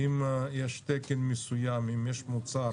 אם יש תקן מסוים, אם יש מוצר